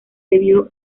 debió